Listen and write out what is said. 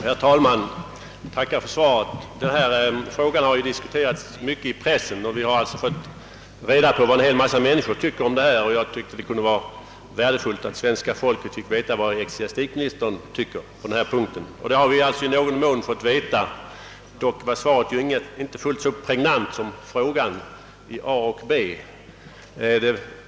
Herr talman! Jag tackar för svaret. Denna fråga har diskuterats mycket i pressen, och vi har alltså fått reda på vad en hel massa människor tycker härom. Jag ansåg därför att det kunde vara värdefullt att svenska folket fick veta vad ecklesiastikministern tycker på denna punkt. Det har vi alltså i någon mån fått veta; dock är svaret inte fullt så pregnant som frågan med dess uppdelning i a) och b).